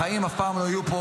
החיים אף פעם לא יהיו פה